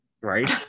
Right